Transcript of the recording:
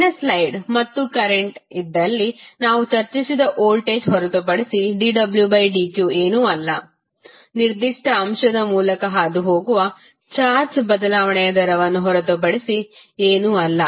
ಹಿಂದಿನ ಸ್ಲೈಡ್ ಮತ್ತು ಕರೆಂಟ್ ಇದ್ದಲ್ಲಿ ನಾವು ಚರ್ಚಿಸಿದ ವೋಲ್ಟೇಜ್ ಹೊರತುಪಡಿಸಿ dwdq ಏನೂ ಅಲ್ಲ ನಿರ್ದಿಷ್ಟ ಅಂಶದ ಮೂಲಕ ಹಾದುಹೋಗುವ ಚಾರ್ಜ್ ಬದಲಾವಣೆಯ ದರವನ್ನು ಹೊರತುಪಡಿಸಿ ಏನೂ ಅಲ್ಲ